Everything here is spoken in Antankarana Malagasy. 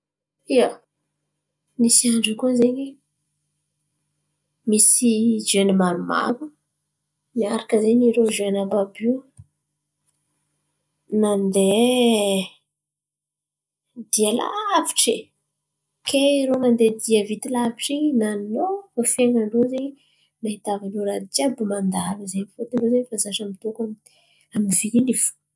Ia, nisy andra koa zen̈y, misy zen̈y maromaro niaraka zen̈y; Irô zen̈y àby àby io, nandray ia, lavitry. Ke irô nandeha dia vity lavitry in̈y, nan̈ôva fiainan-drô zen̈y. Nahitavan-rô raha jiàby manalo izen̈y, fôntony irô fa zatra mitokony amin’ny fizily fo.